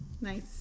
Nice